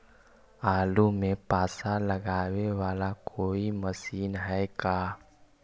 आलू मे पासा लगाबे बाला कोइ मशीन है का?